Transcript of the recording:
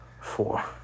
Four